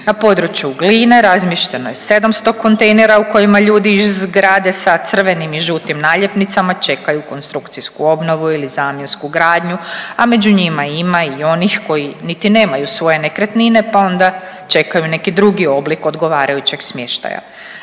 Na području Gline razmješteno je 700 kontejnera u kojima ljudi, i zgrade sa crvenim i žutim naljepnicama, čekaju konstrukcijsku obnovu ili zamjensku gradnju, a među njima ima i onih koji niti nemaju svoje nekretnine, pa onda čekaju neki drugi oblik odgovarajućeg smještaja.